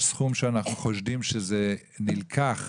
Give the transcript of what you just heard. יש סכום שאנחנו חושדים שזה נלקח